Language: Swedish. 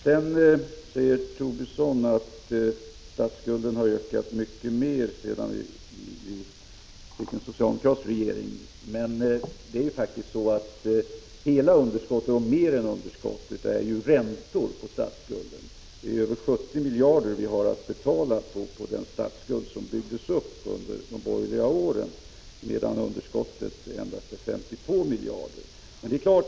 Lars Tobisson säger att statsskulden har ökat mycket mer sedan vi fick en socialdemokratisk regering. Det är faktiskt så att räntor på statsskulden egentligen är mer än hela underskottet. Det är över 70 miljarder vi har att betala på den statsskuld som byggdes upp under de borgerliga åren, medan underskottet endast är 52 miljarder.